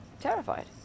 terrified